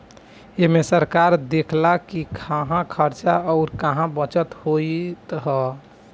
एमे सरकार देखऽला कि कहां खर्च अउर कहा बचत होत हअ